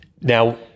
now